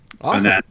Awesome